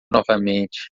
novamente